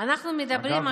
אנחנו מדברים עכשיו,